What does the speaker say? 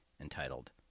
entitled